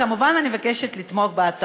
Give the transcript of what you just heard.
כמובן, אני מבקשת לתמוך בהצעת החוק.